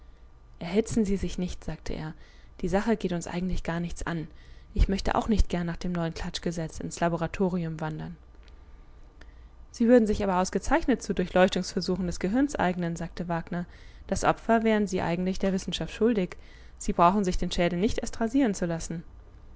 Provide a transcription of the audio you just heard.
erhitzen sie sich nicht sagte er die sache geht uns eigentlich gar nichts an ich möchte auch nicht gern nach dem neuen klatschgesetz ins laboratorium wandern sie würden sich aber ausgezeichnet zu durchleuchtungsversuchen des gehirns eignen sagte wagner das opfer wären sie eigentlich der wissenschaft schuldig sie brauchen sich den schädel nicht erst rasieren zu lassen